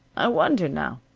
i wonder, now,